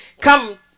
come